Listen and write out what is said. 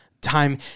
time